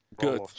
good